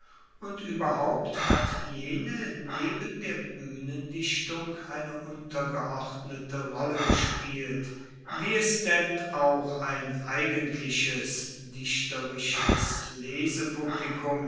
und ueberhaupt hat jene neben der buehnendichtung eine untergeordnete rolle gespielt wie es denn auch ein eigentliches dichterisches